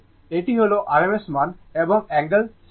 এটি হল rms মান এবং অ্যাঙ্গেল 60o